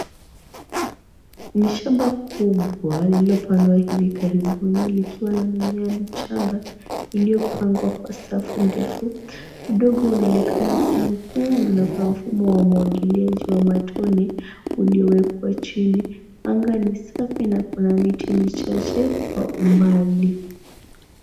Ni shamba kubwa lililopandwa hivi karibuni likiwa na mimea michanga iliyopangwa kwa safu ndefu. Udongo unaonekana kuwa mwekundu na kuna mfumo wa umwagiliaji wa matone uliowekwa chini. Anga ni safi na kuna miti michache kwa umbali.